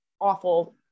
awful